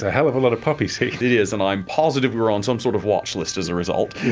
a hell of a lot of poppy seeds. it is, and i'm positive we are on some sort of watch list as a result, yeah